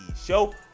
Show